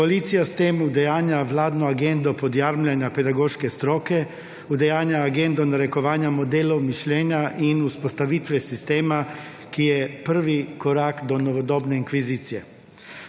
Koalicija s tem udejanja vladno agendo podjarmljanja pedagoške stroke, udejanja agendo narekovanja modelov mišljenja in vzpostavitve sistema, ki je prvi korak do novodobne inkvizicije.